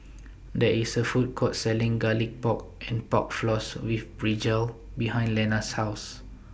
There IS A Food Court Selling Garlic Pork and Pork Floss with Brinjal behind Lenna's House